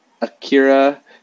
Akira